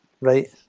Right